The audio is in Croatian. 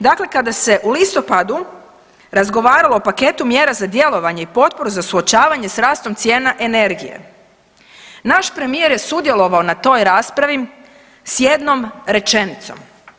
Dakle, kada se u listopadu razgovaralo o paketu mjera za djelovanje i potporu za suočavanje s rastom cijena energije, naš premijer je sudjelovao na toj raspravi s jednom rečenicom.